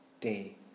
day